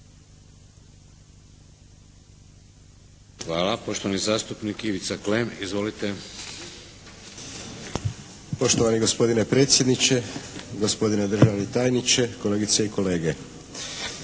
Hvala. Poštovani zastupnik Ivica Klem. Izvolite. **Klem, Ivica (HDZ)** Poštovani gospodine predsjedniče, gospodine državni tajniče, kolegice i kolege.